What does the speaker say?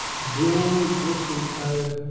bring this entire